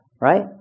right